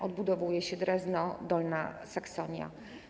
Odbudowuje się Drezno, Dolna Saksonia.